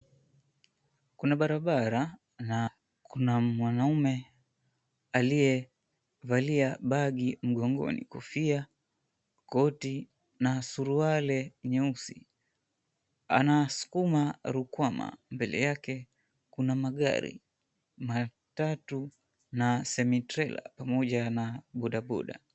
Kuna barabara na kuna mwanume aliyevalia begi mgongoni kofia, koti na suruali nyeusi, anasukuma ruwama mbele yake kuna magari, matatu na semi trela pamoja na bodaboda.